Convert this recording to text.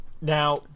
Now